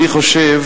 אני חושב